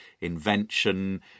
invention